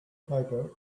paper